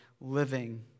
living